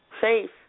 Safe